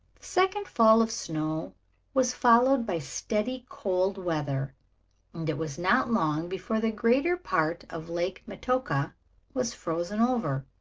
second fall of snow was followed by steady cold weather and it was not long before the greater part of lake metoka was frozen over.